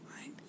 right